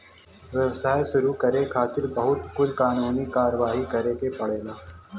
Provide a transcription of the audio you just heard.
व्यवसाय शुरू करे खातिर बहुत कुल कानूनी कारवाही करे के पड़ेला